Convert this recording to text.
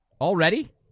already